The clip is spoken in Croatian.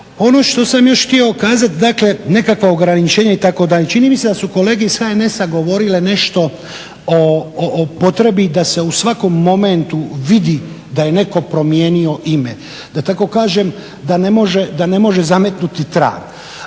Ono što sam još htio kazat, dakle nekakva ograničenja itd., čini mi se da su kolege iz HNS-a govorile nešto o potrebi da se u svakom momentu vidi da je neko promijenio ime. Da tako kažem da ne može zametnuti trag.